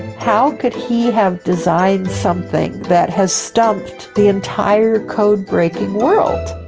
how could he have designed something that has stumped the entire code breaking world?